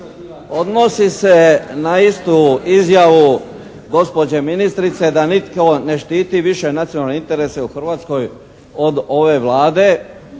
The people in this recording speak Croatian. Odnosi se na istu izjavu gospođe ministrice da nitko ne štiti više nacionalne interese u Hrvatskoj od ove Vlade.